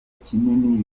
kinini